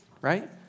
right